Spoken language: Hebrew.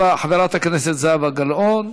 חברת הכנסת זהבה גלאון.